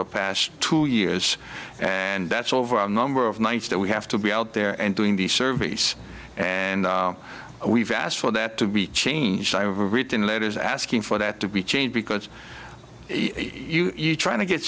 the past two years and that's over a number of nights that we have to be out there and doing the surveys and we've asked for that to be changed i've written letters asking for that to be changed because you're trying to get